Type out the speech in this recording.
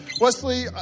wesley